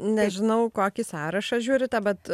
nežinau kokį sąrašą žiūrite bet